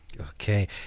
Okay